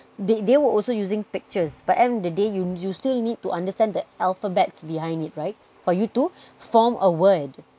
they they were also using pictures but end of the day you you still need to understand the alphabets behind it right for you to form a word